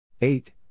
Eight